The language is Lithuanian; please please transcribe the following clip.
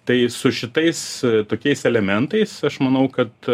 tai su šitais tokiais elementais aš manau kad